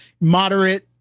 moderate